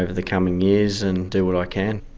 ah the coming years and do what i can.